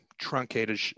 truncated